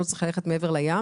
לא צריך ללכת מעבר לים,